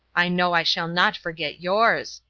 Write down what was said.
i know i shall not forget yours,